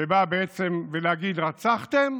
שבא בעצם להגיד: רצחתם?